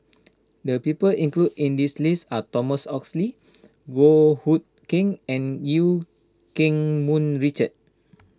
the people included in this list are Thomas Oxley Goh Hood Keng and Eu Keng Mun Richard